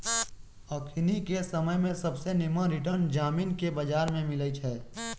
अखनिके समय में सबसे निम्मन रिटर्न जामिनके बजार में मिलइ छै